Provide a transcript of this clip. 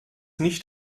nicht